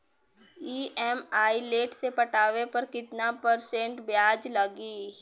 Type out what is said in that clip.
EMI late से पटावे पर कितना परसेंट ब्याज लगी?